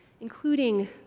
including